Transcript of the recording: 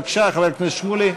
בבקשה, חבר הכנסת שמולי.